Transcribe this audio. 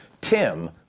Tim